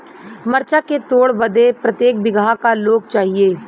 मरचा के तोड़ बदे प्रत्येक बिगहा क लोग चाहिए?